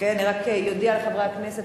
אני אודיע לחברי הכנסת,